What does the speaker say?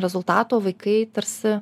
rezultato vaikai tarsi